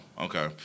okay